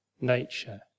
nature